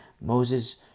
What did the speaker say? Moses